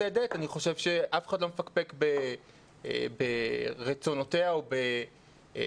אני חושב שאף אחד לא מפקפק ברצונותיה או בכנות